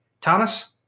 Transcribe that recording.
Thomas